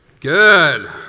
Good